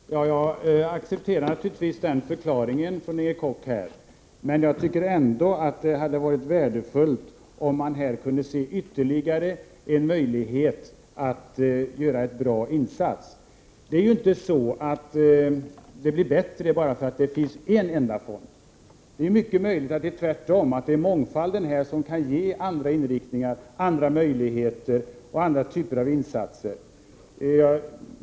Fru talman! Jag accepterar naturligtvis förklaringen från Inger Koch, men jag tycker ändå att det hade varit värdefullt om man hade kunnat se ytterligare en möjlighet att göra en bra insats. Det blir inte bättre bara för att det finns en enda fond. Det är mycket möjligt att det är tvärtom, att det är mångfalden som kan ge andra inriktningar, andra möjligheter och andra typer av insatser.